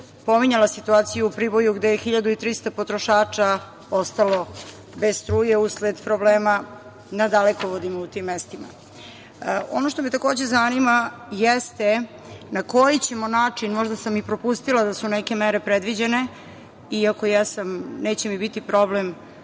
pominjala situaciju u Priboju gde je 1300 potrošača ostalo bez struje usled problema na dalekovodima u tim mestima. Ono što me takođe zanima jeste na koji ćemo način, možda sam i propustila da su neke mere predviđene i ako jesam, neće mi biti problem